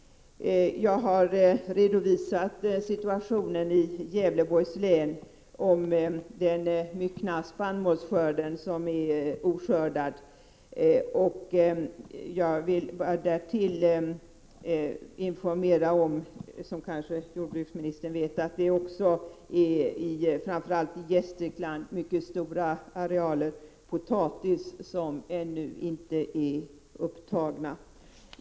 Jag har redan redovisat hur stor del av spannmålen i Gävleborgs län som fortfarande står oskördad. Jag vill därtill bara informera om att det, som jordbruksministern kanske vet, framför allt i Gästrikland på mycket stora arealer finns potatis som ännu inte är upptagen.